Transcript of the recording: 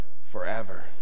forever